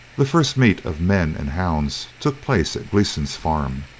the first meet of men and hounds took place at gleeson's farm.